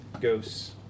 ghosts